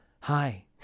Hi